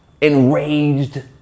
enraged